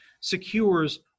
secures